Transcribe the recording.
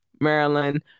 Maryland